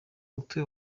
mutwe